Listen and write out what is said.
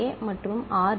ஏ மற்றும் ஆர்